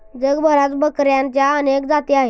जगभरात बकऱ्यांच्या अनेक जाती आहेत